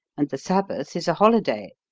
and the sabbath is a holiday.